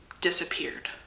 disappeared